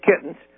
kittens